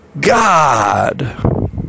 God